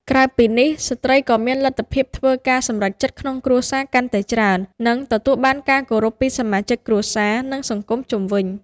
ក្រៅពីនេះ ស្ត្រីក៏មានលទ្ធភាពធ្វើការសម្រេចចិត្តក្នុងគ្រួសារកាន់តែច្រើន និងទទួលបានការគោរពពីសមាជិកគ្រួសារ និងសង្គមជុំវិញ។